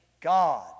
God